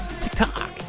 TikTok